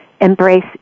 Embrace